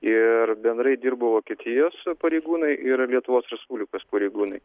ir bendrai dirbo vokietijos pareigūnai ir lietuvos respublikos pareigūnai